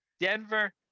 Denver